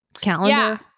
calendar